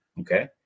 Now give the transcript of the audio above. okay